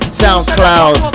soundcloud